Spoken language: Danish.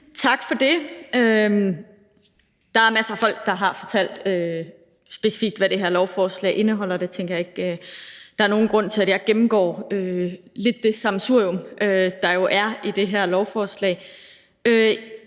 tak for det. Der er masser af folk, der har fortalt, hvad det her lovforslag specifikt indeholder – det tænker jeg ikke at der er nogen grund til at jeg gennemgår, altså det sammensurium, der jo er i det her lovforslag.